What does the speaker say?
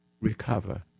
recover